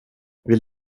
vill